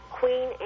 Queen